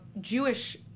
Jewish